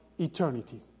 eternity